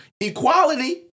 equality